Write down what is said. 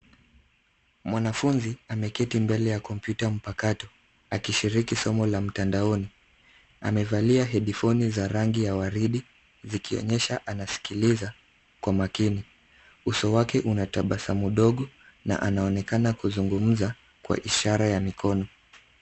Mwanafunzi ameketi mbele ya kompyuta mpakato akishiriki somo la mtandaoni. Amevalia hedifoni za rangi ya waridi zikionyesha anasikiliza kwa makini. Uso wake una tabasamu ndogo na anaonekana kuzungumza kwa ishara ya mkono.